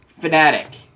Fnatic